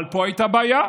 אבל פה הייתה בעיה,